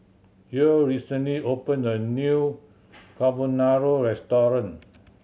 Yael recently opened a new Carbonara Restaurant